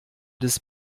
des